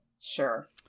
Sure